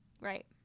Right